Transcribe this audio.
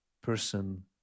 person